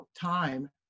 time